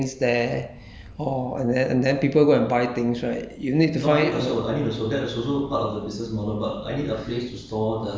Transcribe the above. oh but 你不需要 like 租一个地方 to put your things there oh and then and then people go and buy things right you need to find a